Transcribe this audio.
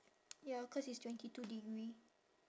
ya cause it's twenty two degree